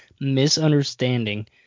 misunderstanding